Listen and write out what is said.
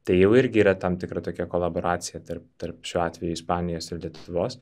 tai jau irgi yra tam tikra tokia kolaboracija tarp tarp šiuo atveju ispanijos ir lietuvos